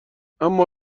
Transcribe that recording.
اما